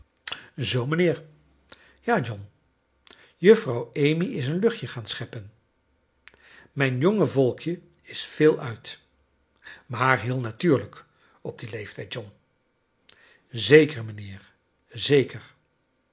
zoo mijnheer ja john juffrouw amy is een luchtje gaan sc hep pen mijn jonge volkje is veel uit maar heel natuurlijk op dien leeftijd john zeker mijnheer zeker